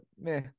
meh